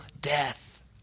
death